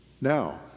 Now